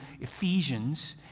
Ephesians